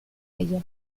ella